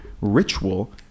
ritual